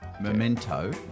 memento